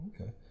Okay